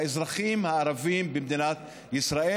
לאזרחים הערבים במדינת ישראל,